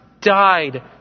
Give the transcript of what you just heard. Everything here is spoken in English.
died